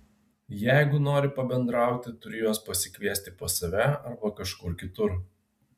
jeigu nori pabendrauti turi juos pasikviesti pas save arba kažkur kitur